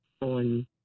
on